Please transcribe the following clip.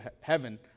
heaven